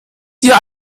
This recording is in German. dir